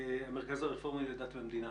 המרכז הרפורמי לדת ומדינה